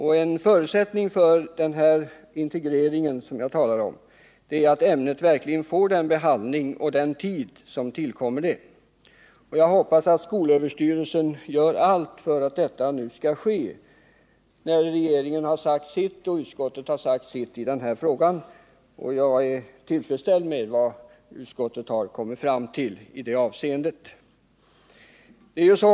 En förutsättning för den här integreringen, som jag talar om, är att ämnet verkligen får den behandling och den tid som tillkommer det. Jag hoppas att SÖ gör allt för att det skall ske när nu regeringen och riksdagen har sagt sitt i frågan. Jag är tillfredsställd med vad utskottet har kommit fram till i det avseendet.